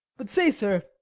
but say, sir,